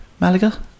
Malaga